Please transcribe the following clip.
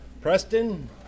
Preston